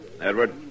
Edward